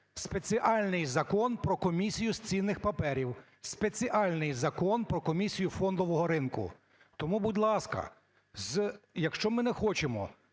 спеціальний Закон про Комісію з цінних паперів, спеціальний Закон про Комісію фондового ринку. Тому, будь ласка, якщо ми не хочемо